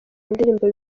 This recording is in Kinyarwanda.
indirimbo